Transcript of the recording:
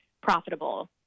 profitable